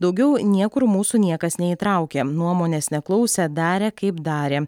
daugiau niekur mūsų niekas neįtraukė nuomonės neklausė darė kaip darė